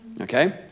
Okay